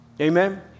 Amen